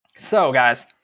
so guys,